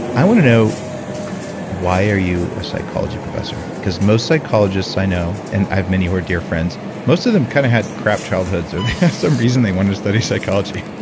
i want to know why are you a psychology professor? because most psychologists i know, and i have many who are dear friends most of them kind of had crap childhoods or they had some reason they wanted to study psychology.